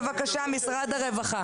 בבקשה, משרד הרווחה.